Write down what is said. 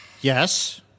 Yes